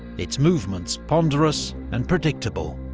its movements ponderous and predictable.